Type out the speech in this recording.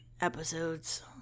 episodes